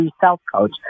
self-coach